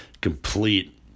complete